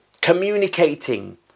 Communicating